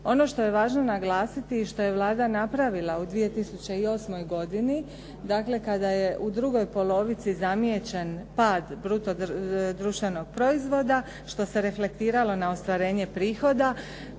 Ono što je važno naglasiti i što je Vlada napravila u 2008. godini, dakle kada je u drugoj polovici zamijećen pad bruto društvenog proizvoda što se reflektiralo na ostvarenje prihoda,